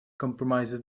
compromises